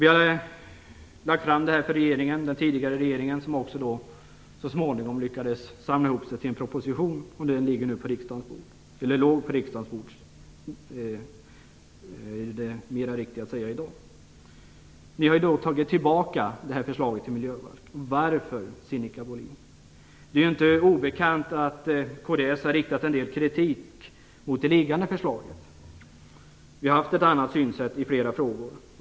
Vi har lagt fram dessa förslag för den tidigare regeringen som så småningom lyckades samla ihop sig till en proposition som legat på riksdagens bord - det är väl det riktiga uttrycket i dag. Nu har ni tagit tillbaka det här förslaget till miljöbalk. Varför, Det är ju inte obekant att kds har riktat en del kritik mot det liggande förslaget. Vi har haft ett annat synsätt i flera frågor.